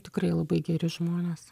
tikrai labai geri žmonės